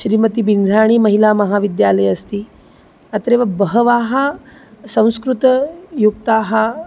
श्रीमती बिन्ज्ञाणी महिलामहाविद्यालयः अस्ति अत्रैव बहवः संस्कृतयुक्ताः